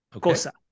cosa